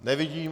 Nevidím.